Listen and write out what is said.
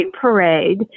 parade